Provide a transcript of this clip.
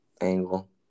angle